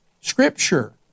scripture